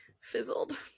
fizzled